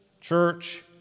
church